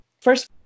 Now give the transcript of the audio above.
first